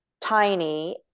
tiny